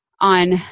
on